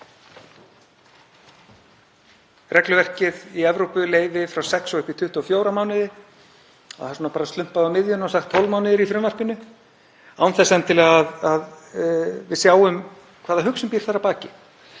regluverkið í Evrópu leyfi frá sex og upp í 24 mánuði og það er bara slumpað á miðjunni, sagt 12 mánuðir í frumvarpinu án þess endilega að við sjáum hvaða hugsun býr þar að baki.